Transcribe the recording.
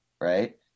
right